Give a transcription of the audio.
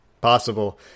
possible